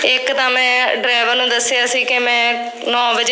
ਇੱਕ ਤਾਂ ਮੈਂ ਡਰਾਈਵਰ ਨੂੰ ਦੱਸਿਆ ਸੀ ਕਿ ਮੈਂ ਨੌਂ ਵਜੇ